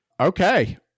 Okay